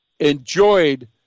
enjoyed